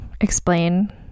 explain